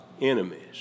enemies